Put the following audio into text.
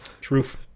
Truth